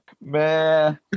Man